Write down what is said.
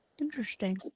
Interesting